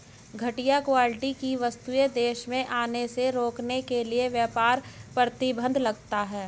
घटिया क्वालिटी की वस्तुएं देश में आने से रोकने के लिए व्यापार प्रतिबंध लगता है